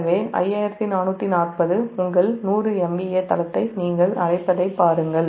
எனவே 5440 உங்கள் 100 MVA தளத்தை நீங்கள் அழைப்பதைப் பாருங்கள்